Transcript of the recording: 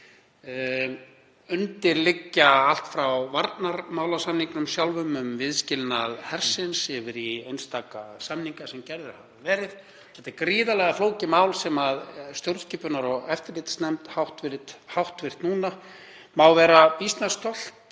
Undir liggur allt frá varnarmálasamningnum sjálfum um viðskilnað hersins yfir í einstaka samninga sem gerðir hafa verið. Þetta er gríðarlega flókið mál og hv. stjórnskipunar- og eftirlitsnefnd má vera býsna stolt